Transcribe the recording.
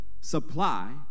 supply